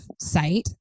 site